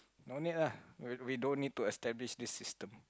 no need lah we don't need to establish this system